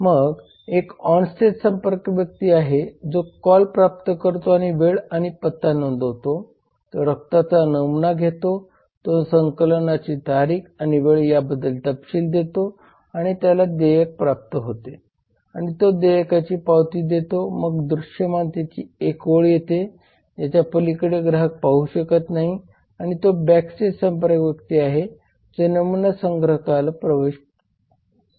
मग एक ऑनस्टेज संपर्क व्यक्ती आहे जो कॉल प्राप्त करतो आणि वेळ आणि पत्ता नोंदवतो तो रक्ताचा नमुना घेतो तो संकलनाची तारीख आणि वेळ याबद्दल तपशील देतो आणि त्याला देयक प्राप्त होते आणि तो देयकाची पावती देतो मग दृश्यमानतेची एक ओळ येते ज्याच्या पलीकडे ग्राहक पाहू शकत नाही आणि तो बॅकस्टेज संपर्क व्यक्ती आहे जो नमुना संग्राहकाला संदेश पाठवतो